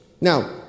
Now